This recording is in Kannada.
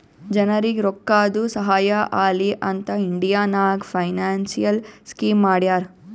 ಜನರಿಗ್ ರೋಕ್ಕಾದು ಸಹಾಯ ಆಲಿ ಅಂತ್ ಇಂಡಿಯಾ ನಾಗ್ ಫೈನಾನ್ಸಿಯಲ್ ಸ್ಕೀಮ್ ಮಾಡ್ಯಾರ